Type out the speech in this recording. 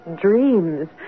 dreams